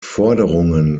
forderungen